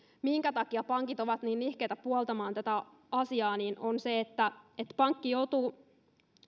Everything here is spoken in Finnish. minkä takia pankit ovat niin nihkeitä puoltamaan tätä asiaa on se että että pankki joutuu